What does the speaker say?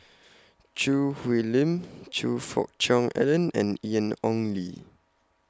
Choo Hwee Lim Choe Fook Cheong Alan and Ian Ong Li